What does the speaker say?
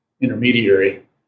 intermediary